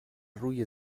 روی